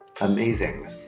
amazing